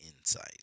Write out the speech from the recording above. insight